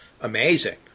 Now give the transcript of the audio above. amazing